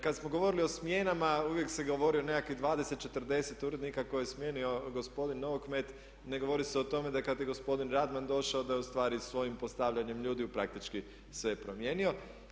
Kad smo govorili o smjenama uvijek se govori o nekakvih 20, 40 urednika koje je smijenio gospodin Novokmet, ne govori se o tome da kad je gospodin Radman došao da je ustvari svojim postavljanjem ljudi praktički sve promijenio.